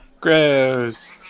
Gross